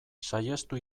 saihestu